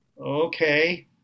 okay